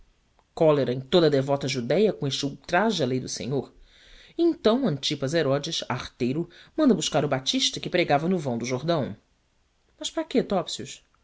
cólera em toda a devota judéia contra este ultraje à lei do senhor e então antipas herodes arteiro manda buscar o batista que pregava em vão do jordão mas para